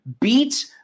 beat